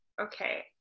Okay